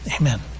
amen